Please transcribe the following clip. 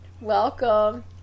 welcome